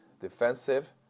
defensive